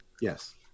Yes